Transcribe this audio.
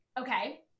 Okay